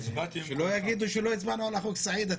שלא יגידו שלא הצבענו על החוק, סעיד.